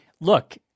look